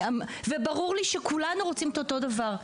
כאשר ברור לי שכולנו רוצים את אותו הדבר.